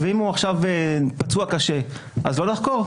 ואם הוא עכשיו פצוע קשה, אז לא לחקור?